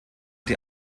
die